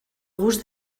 gust